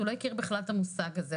הוא לא הכיר בכלל את המושג הזה.